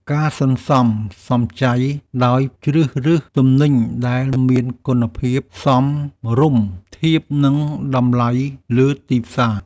ការសន្សំសំចៃដោយជ្រើសរើសទំនិញដែលមានគុណភាពសមរម្យធៀបនឹងតម្លៃលើទីផ្សារ។